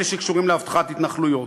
אלה שקשורים לאבטחת התנחלויות,